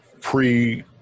pre